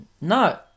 no